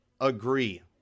agree